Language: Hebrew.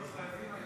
גם לא חייבים היום.